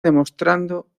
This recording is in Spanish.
demostrando